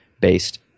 based